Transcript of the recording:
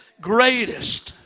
greatest